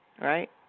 Right